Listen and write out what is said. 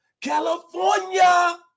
California